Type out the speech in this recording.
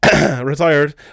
retired